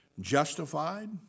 justified